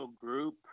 group